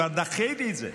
כבר דחיתי את זה,